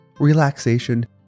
Relaxation